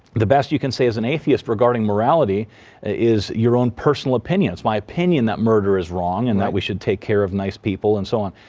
the best you can say as an atheist regarding morality is your own personal opinion, its my opinion that murder is wrong and that we should take care of nice people and so on.